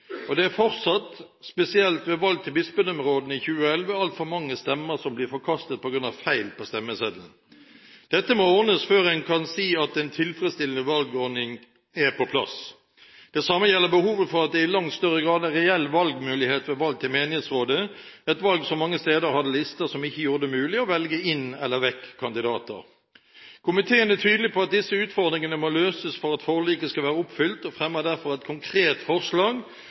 Det er fortsatt, spesielt som ved valg til bispedømmerådene i 2011, altfor mange stemmer som blir forkastet på grunn av feil på stemmeseddelen. Dette må ordnes før en kan si at en tilfredsstillende valgordning er på plass. Det samme gjelder behovet for langt større grad av reell valgmulighet ved valg til menighetsrådet – et valg som mange steder hadde lister som ikke gjorde det mulig å velge inn eller vekk kandidater. Komiteen er tydelig på at disse utfordringene må løses for at forliket skal være oppfylt, og fremmer derfor et konkret forslag